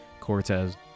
Cortez